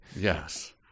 Yes